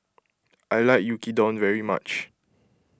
I like Yaki Udon very much